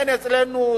אין אצלנו,